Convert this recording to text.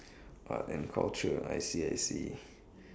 art and culture I see I see